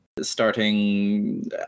starting